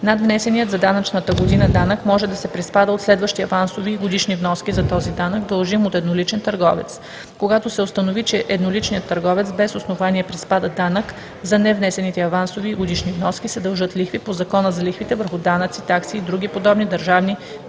Надвнесеният за данъчната година данък може да се приспада от следващи авансови и годишни вноски за този данък, дължим от едноличен търговец. Когато се установи, че едноличният търговец без основание приспада данък за невнесените авансови и годишни вноски, се дължат лихви по Закона за лихвите върху данъци, такси и други подобни държавни вземания.“